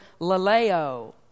laleo